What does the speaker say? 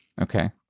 Okay